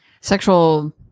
sexual